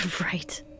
Right